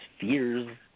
fears